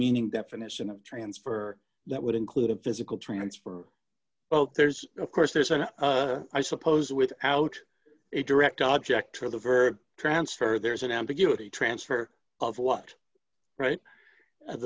meaning definition of transfer that would include a physical transfer there's of course there's an i suppose without a direct object or the verb transfer there's an ambiguity transfer of what right